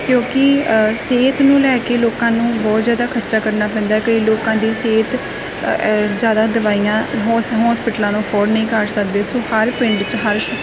ਕਿਉਂਕਿ ਸਿਹਤ ਨੂੰ ਲੈ ਕੇ ਲੋਕਾਂ ਨੂੰ ਬਹੁਤ ਜ਼ਿਆਦਾ ਖਰਚਾ ਕਰਨਾ ਪੈਂਦਾ ਕਈ ਲੋਕਾਂ ਦੀ ਸਿਹਤ ਜ਼ਿਆਦਾ ਦਵਾਈਆਂ ਹੋਸ ਹੋਸਪਿਟਲਾਂ ਨੂੰ ਅਫੋਰਡ ਨਹੀਂ ਕਰ ਸਕਦੇ ਸੋ ਹਰ ਪਿੰਡ 'ਚ ਹਰਸ਼